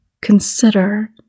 consider